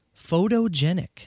Photogenic